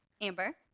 Amber